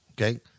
Okay